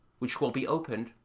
which will be opened,